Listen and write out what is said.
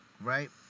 right